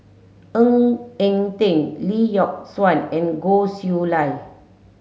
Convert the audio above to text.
Ng Eng Teng Lee Yock Suan and Goh Chiew Lye